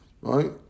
right